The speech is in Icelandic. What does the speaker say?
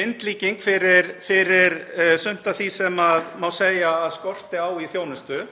myndlíking fyrir sumt af því sem má segja að skorti á í þjónustu,